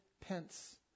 pence